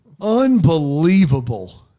Unbelievable